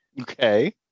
Okay